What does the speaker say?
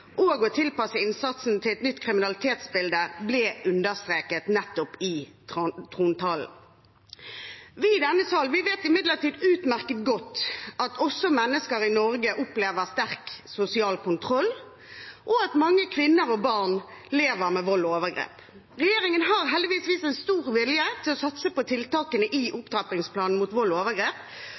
og at det å tilpasse innsatsen til et nytt kriminalitetsbilde ble understreket i trontalen. Vi i denne salen vet utmerket godt at også mennesker i Norge opplever sterk sosial kontroll, og at mange kvinner og barn lever med vold og overgrep. Regjeringen har heldigvis vist en stor vilje til å satse på tiltakene i opptrappingsplanen mot vold og overgrep,